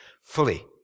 fully